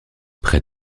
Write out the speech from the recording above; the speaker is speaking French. près